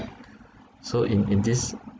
so in in this